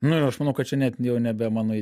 nu ir aš manau kad čia net jau nebe mano